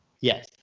Yes